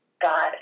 God